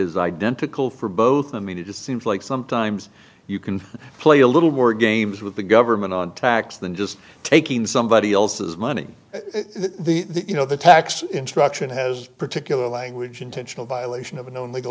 is identical for both and mean it just seems like sometimes you can play a little word games with the government on tax than just taking somebody else's money the you know the tax instruction has particular language intentional violation of a known legal